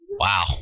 Wow